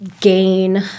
gain –